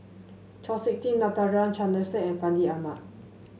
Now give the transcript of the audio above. Chau SiK Ting Natarajan Chandrasekaran and Fandi Ahmad